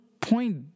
point